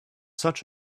such